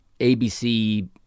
ABC